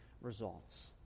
results